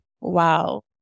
wow